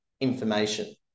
information